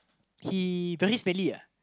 he really smelly uh